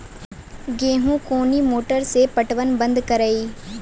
गेहूँ कोनी मोटर से पटवन बंद करिए?